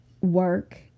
work